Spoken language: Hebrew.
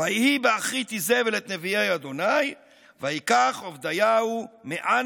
"ויהי בהכרית איזבל את נביאי ה' ויקח עבדיהו מאה